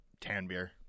Tanbeer